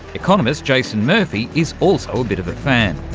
economist jason murphy is also a bit of a fan.